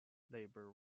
labour